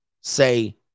say